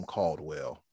Caldwell